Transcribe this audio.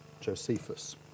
Josephus